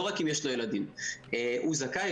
לא רק אם יש לו ילדים הוא זכאי,